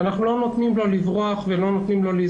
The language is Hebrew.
אנחנו לא נותנים לו לברוח ולזלוג.